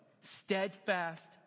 steadfast